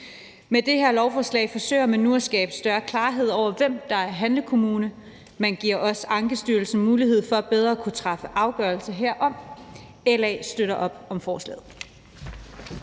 Med det her lovforslag forsøger man nu at skabe større klarhed over, hvem der er handlekommune. Man giver også Ankestyrelsen bedre mulighed for at kunne træffe afgørelse herom. LA støtter op om forslaget.